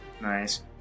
Nice